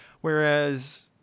Whereas